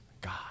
God